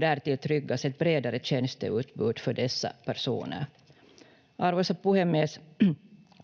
därtill tryggas ett bredare tjänsteutbud för dessa personer. Arvoisa puhemies!